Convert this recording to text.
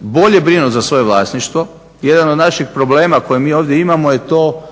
bolje brinuti za svoje vlasništvo. Jedan od naših problema koje mi ovdje imamo je to